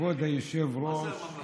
כבוד היושב-ראש,